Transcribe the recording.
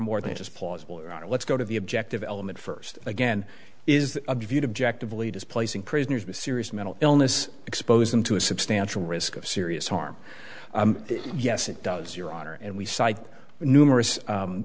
more than just plausible let's go to the objective element first again is a view to object of leaders placing prisoners with serious mental illness expose them to a substantial risk of serious harm yes it does your honor and we cite numerous num